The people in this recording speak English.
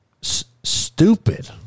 stupid